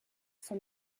from